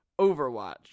Overwatch